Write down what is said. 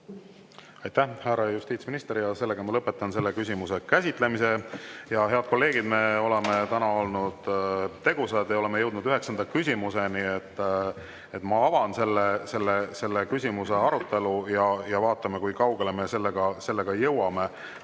Aitäh, härra justiitsminister! Lõpetan selle küsimuse käsitlemise. Head kolleegid! Me oleme täna olnud tegusad, oleme jõudnud üheksanda küsimuseni. Ma avan selle küsimuse arutelu ja vaatame, kui kaugele me sellega jõuame.